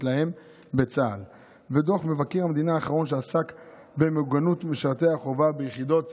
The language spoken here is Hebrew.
להם בצה"ל ולדוח מבקר המדינה האחרון שעסק במוגנות משרתי החובה ביחידות